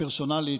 הפרסונלית,